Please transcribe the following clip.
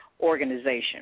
organization